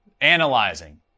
Analyzing